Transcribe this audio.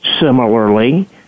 Similarly